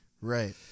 right